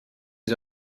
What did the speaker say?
sie